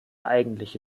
eigentliche